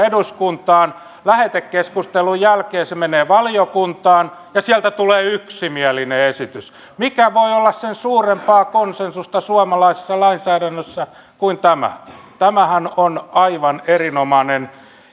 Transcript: eduskuntaan lähetekeskustelun jälkeen se menee valiokuntaan ja sieltä tulee yksimielinen esitys mikä voi olla sen suurempaa konsensusta suomalaisessa lainsäädännössä kuin tämä tämähän on aivan erinomainen